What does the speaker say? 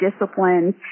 disciplines